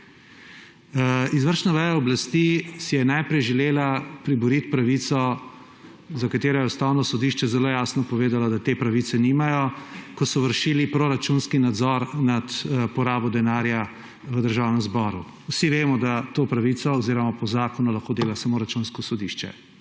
Izvršna veja oblasti si je najprej želela priboriti pravico, za katero je Ustavno sodišče zelo jasno povedalo, da te pravice nimajo, ko so vršili proračunski nadzor nad porabo denarja v Državnem zboru. Vsi vemo, da to po zakonu lahko dela samo Računsko sodišče.